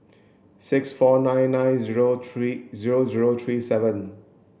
six four nine nine zero three zero zero three seven